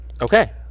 Okay